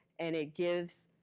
and it gives